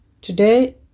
Today